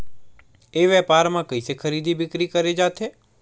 ई व्यापार म कइसे खरीदी बिक्री करे जाथे?